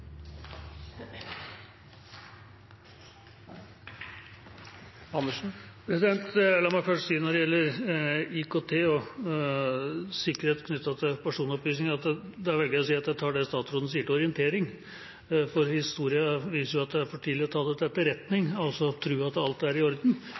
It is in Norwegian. La meg først si at når det gjelder IKT og sikkerhet knyttet til personopplysninger, velger jeg å ta det som statsråden sier, til orientering, for historien viser jo at det er for tidlig å ta det til